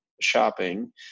shopping